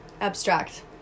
abstract